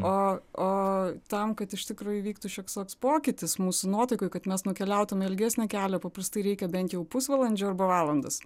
o o tam kad iš tikrųjų įvyktų šioks toks pokytis mūsų nuotaikoj kad mes nukeliautume ilgesnį kelią paprastai reikia bent jau pusvalandžio arba valandos